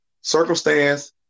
circumstance